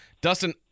Dustin